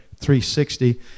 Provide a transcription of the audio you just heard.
360